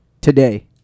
today